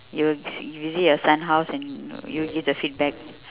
you will visit your son house and you'll give the feedback